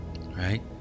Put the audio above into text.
Right